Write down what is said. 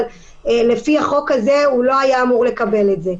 אבל לפי החוק המוצע עכשיו הוא לא היה אמור לקבל את זה.